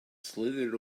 slithered